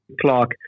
Clark